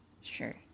Sure